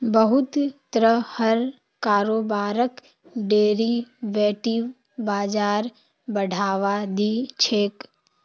बहुत तरहर कारोबारक डेरिवेटिव बाजार बढ़ावा दी छेक